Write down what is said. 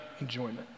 enjoyment